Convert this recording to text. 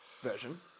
version